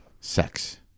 sex